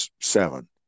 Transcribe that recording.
seven